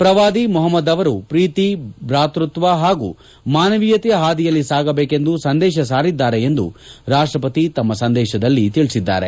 ಪ್ರವಾದಿ ಮೊಹಮ್ಮದ್ ಅವರು ಪ್ರೀತಿ ಭಾತೃತ್ವ ಹಾಗೂ ಮಾನವೀಯತೆಯ ಹಾದಿಯಲ್ಲಿ ಸಾಗಬೇಕೆಂದು ಸಂದೇಶ ಸಾರಿದ್ದಾರೆ ಎಂದು ರಾಷ್ಟ ಪತಿ ತಮ್ಮ ಸಂದೇಶದಲ್ಲಿ ತಿಳಿಸಿದ್ದಾರೆ